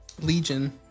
Legion